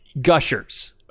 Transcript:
Gushers